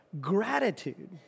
gratitude